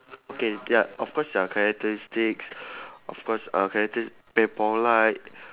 okay ya of course their characteristics of course uh relative very polite